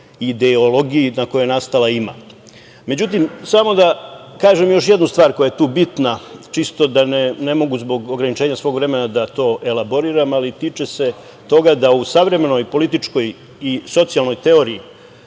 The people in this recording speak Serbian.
ideologiji, na kojoj je nastala ima, samo da kažem još jednu stvar koja je tu bitna, ne mogu zbog ograničenja svog vremena da to elaboriram, ali tiče se toga da u savremenoj političkoj i socijalnoj teoriji,